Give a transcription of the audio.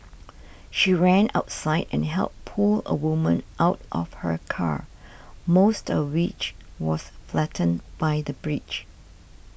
she ran outside and helped pull a woman out of her car most of which was flattened by the bridge